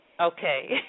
Okay